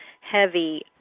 heavy